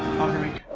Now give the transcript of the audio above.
hundred